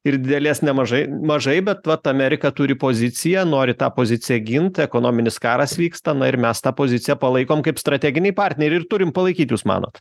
ir didelės nemažai mažai bet vat amerika turi poziciją nori tą poziciją ginti ekonominis karas vyksta na ir mes tą poziciją palaikom kaip strateginiai partneriai ir turim palaikyt jūs manot